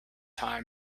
time